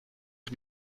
sie